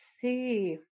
see